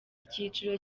icyiciro